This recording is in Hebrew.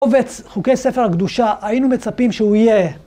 עובץ חוקי ספר הקדושה, היינו מצפים שהוא יהיה.